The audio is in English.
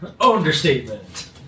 Understatement